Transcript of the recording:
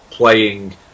playing